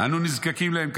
אנו נזקקין להן.